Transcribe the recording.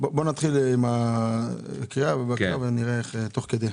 בוא נתחיל לקרוא ונראה תוך כדי.